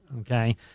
Okay